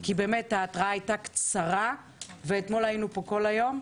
כי ההתרעה הייתה קצרה ואתמול היינו פה כל היום.